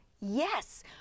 Yes